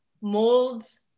molds